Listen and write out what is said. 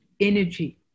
energy